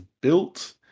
built